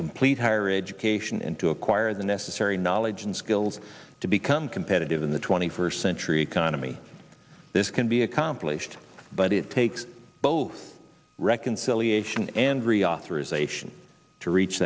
complete higher education and to acquire the necessary knowledge and skills to become competitive in the twenty first century economy this can be accomplished but it takes both reconciliation andrea three zation to reach